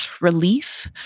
relief